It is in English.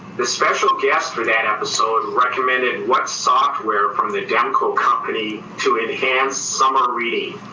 the special guest for that episode recommended what software from the demco company to enhance summer reading?